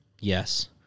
Yes